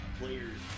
players